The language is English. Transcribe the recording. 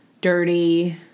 Dirty